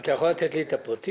אתה יכול לתת לי את הפרטים?